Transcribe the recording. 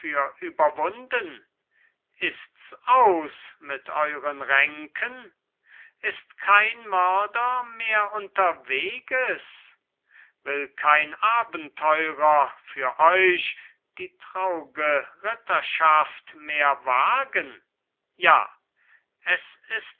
überwunden ist's aus mit euren ränken ist kein mörder mehr unterwegs will kein abenteurer für euch die traur'ge ritterschaft mehr wagen ja es ist